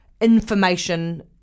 information